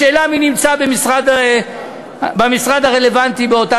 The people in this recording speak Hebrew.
השאלה מי נמצא במשרד הרלוונטי באותה